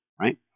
right